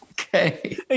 okay